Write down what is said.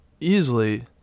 easily